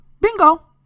bingo